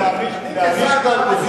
אם זה מה שמעניין אתכם באמת,